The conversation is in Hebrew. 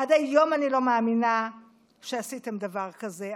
עד היום אני לא מאמינה שעשיתם דבר כזה.